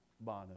Bono